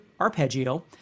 arpeggio